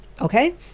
Okay